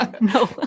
No